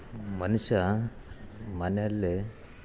ಮನುಷ್ಯ ಮನೆಯಲ್ಲಿ